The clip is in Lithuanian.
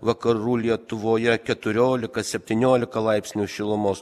vakarų lietuvoje keturiolika septyniolika laipsnių šilumos